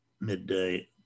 midday